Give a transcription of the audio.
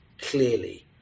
clearly